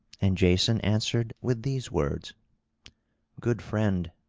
and jason answered with these words good friend,